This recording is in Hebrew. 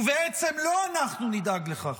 ובעצם לא אנחנו נדאג לכך,